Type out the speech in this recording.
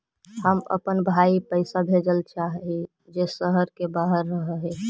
हम अपन भाई पैसा भेजल चाह हीं जे शहर के बाहर रह हे